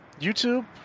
YouTube